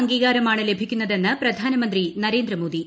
അംഗീകാരമാണ് ലഭിക്കുന്നതെന്ന് പ്രധാനമന്ത്രി നരേന്ദ്രമോദി